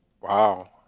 Wow